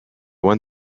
one